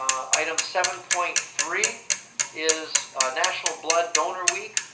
item seven point three is national blood donor week,